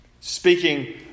Speaking